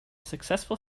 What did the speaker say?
successful